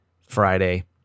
Friday